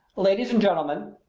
ladies and gentlemen,